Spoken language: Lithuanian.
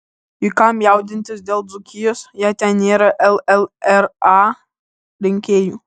juk kam jaudintis dėl dzūkijos jei ten nėra llra rinkėjų